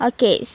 Okay